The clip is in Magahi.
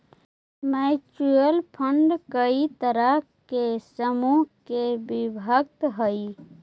म्यूच्यूअल फंड कई तरह के समूह में विभक्त हई